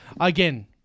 Again